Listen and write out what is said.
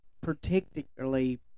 particularly